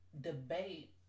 debate